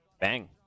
Bang